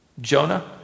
Jonah